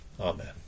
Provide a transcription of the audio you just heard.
Amen